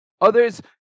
Others